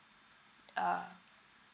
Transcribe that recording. uh